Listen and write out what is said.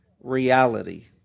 reality